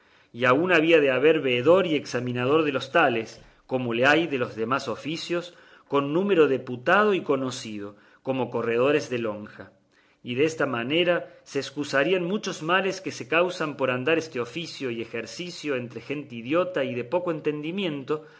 y aun había de haber veedor y examinador de los tales como le hay de los demás oficios con número deputado y conocido como corredores de lonja y desta manera se escusarían muchos males que se causan por andar este oficio y ejercicio entre gente idiota y de poco entendimiento